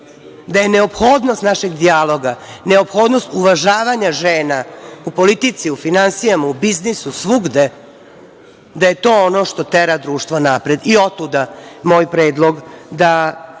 da je neophodnost našeg dijalog, neophodnost uvažavanja žena u politici, u finansijama, u biznisu, svugde, da je to ono što tera društvo napred i otuda moj predlog da